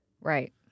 Right